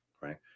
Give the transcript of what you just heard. right